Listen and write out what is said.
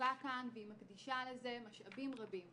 ומהמצוקה כאן, והיא מקדישה לזה משאבים רבים.